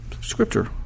scripture